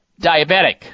diabetic